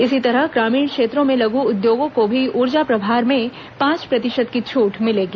इसी तरह ग्रामीण क्षेत्रों में लघु उद्योगों को भी ऊर्जा प्रभार में पांच प्रतिशत की छूट मिलेगी